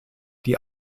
die